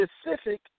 specific